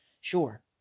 Sure